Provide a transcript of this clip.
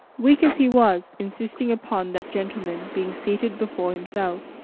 weak as he was, insisting upon that gentleman being seated before himself.